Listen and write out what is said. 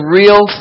real